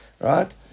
Right